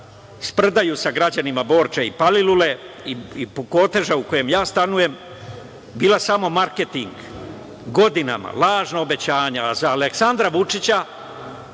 sprdaju sa građanima Borče i Palilule i Koteža, u kojem ja stanujem, bila samo marketing, godinama lažna obećanja, a za Aleksandra Vučića